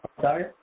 Sorry